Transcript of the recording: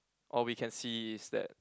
all we can see is that